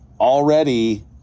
already